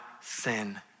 sin